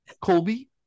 Colby